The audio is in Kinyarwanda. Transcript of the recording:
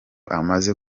amaze